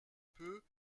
peu